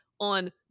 on